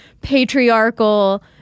patriarchal